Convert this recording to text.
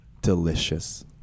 Delicious